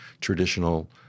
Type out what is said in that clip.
traditional